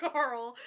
Carl